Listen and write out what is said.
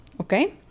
okay